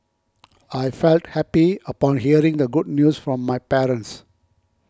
I felt happy upon hearing the good news from my parents